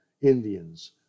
Indians